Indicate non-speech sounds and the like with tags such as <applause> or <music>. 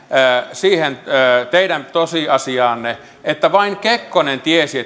siihen teidän tosiasiaanne että vain kekkonen tiesi <unintelligible>